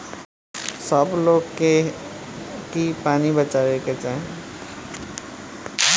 सब लोग के की पानी बचावे के चाही